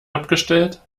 abgestellt